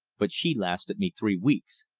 but she lasted me three weeks.